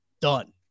Done